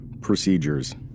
Procedures